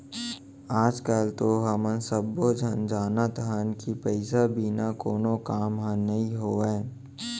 आज काल तो हमन सब्बो झन जानत हन कि पइसा बिना कोनो काम ह नइ होवय